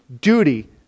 duty